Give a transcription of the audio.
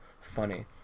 funny